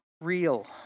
real